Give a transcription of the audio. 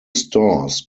stores